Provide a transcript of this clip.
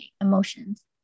emotions